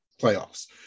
playoffs